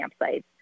campsites